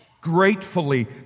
gratefully